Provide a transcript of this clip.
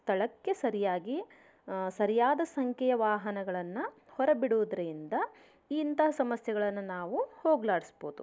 ಸರಿಯಾಗಿ ಸರಿಯಾದ ಸಂಖ್ಯೆಯ ವಾಹನಗಳನ್ನು ಹೊರಬಿಡುವುದರಿಂದ ಇಂಥ ಸಮಸ್ಯೆಗಳನ್ನು ನಾವು ಹೋಗ್ಲಾಡಿಸ್ಬೋದು